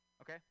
Okay